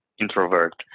introvert